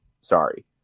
Sorry